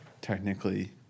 technically